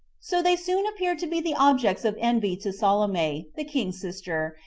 so they soon appeared to be the objects of envy to salome, the king's sister,